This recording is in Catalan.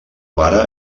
pare